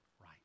right